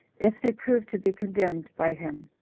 if they proved to be contemned by him.